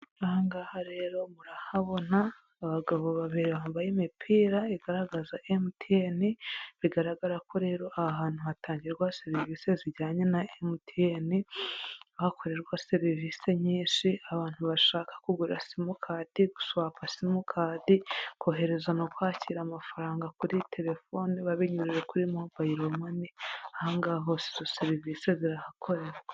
Aha ngaha rero murahabona, abagabo babiri bambaye imipira igaragaza emutiyeni, bigaragara ko rero aha hantu hatangirwa serivisi zijyanye na emutiyeni, ahakorerwa serivisi nyinshi, abantu bashaka kugura simukadi, guswapa simukadi, kohereza no kwakira amafaranga kuri terefoni babinyujije kuri mobayiro mani, aha ngaha hose izo serivisi zirahakorera.